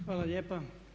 Hvala lijepa.